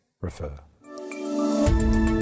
refer